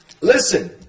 Listen